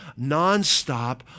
nonstop